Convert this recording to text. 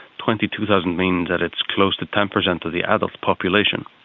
twenty two thousand means that it's close to ten percent of the adult population.